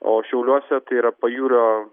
o šiauliuose tai yra pajūrio